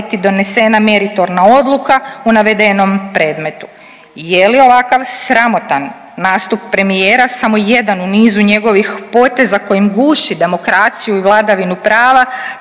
donesena meritorna odluka u navedenom predmetu. Je li ovakav sramotan nastup premijera samo jedan u nizu njegovih poteza kojim guši demokraciju i vladavinu prava